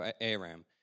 Aram